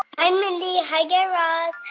and mindy. hi, guy raz.